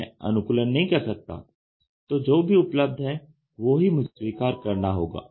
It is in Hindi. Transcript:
मैं अनुकूलन नहीं कर सकता तो जो भी उपलब्ध है वो ही मुझे स्वीकार करना होगा